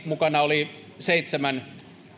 mukana oli esimerkiksi seitsemän